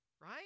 Right